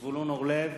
זבולון אורלב,